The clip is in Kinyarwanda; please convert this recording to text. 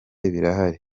birahari